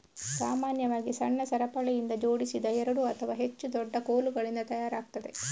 ಸಾಮಾನ್ಯವಾಗಿ ಸಣ್ಣ ಸರಪಳಿಯಿಂದ ಜೋಡಿಸಿದ ಎರಡು ಅಥವಾ ಹೆಚ್ಚು ದೊಡ್ಡ ಕೋಲುಗಳಿಂದ ತಯಾರಾಗ್ತದೆ